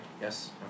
Yes